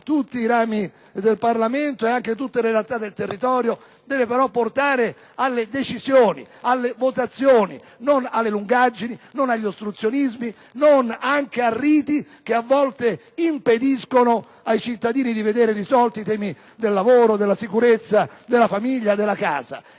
tutti i parlamentari e tutte le realtà del territorio, devono però portare a decisioni e a votazioni, non a lungaggini, all'ostruzionismo o a riti che a volte impediscono ai cittadini di vedere risolti i problemi del lavoro, della sicurezza, della famiglia, della casa.